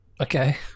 Okay